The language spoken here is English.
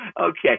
Okay